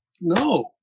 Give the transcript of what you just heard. No